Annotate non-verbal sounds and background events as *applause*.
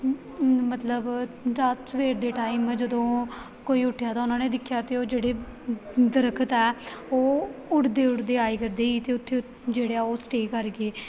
*unintelligible* ਮਤਲਬ ਰਾਤ ਸਵੇਰ ਦੇ ਟਾਈਮ ਜਦੋਂ ਕੋਈ ਉੱਠਿਆ ਤਾਂ ਉਹਨਾਂ ਨੇ ਦੇਖਿਆ ਅਤੇ ਉਹ ਜਿਹੜੇ ਦਰਖਤ ਹੈ ਉਹ ਉੱਡਦੇ ਉੱਡਦੇ ਆਏ ਕਰਦੇ ਸੀ ਅਤੇ ਉੱਥੇ ਉੱਥੇ ਜਿਹੜੇ ਉਹ ਸਟੇ ਕਰ ਗਏ